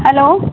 hello